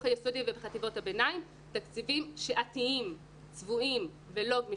היסודי ובחטיבות הביניים תקציבים שעתיים צבועים ולא גמישים.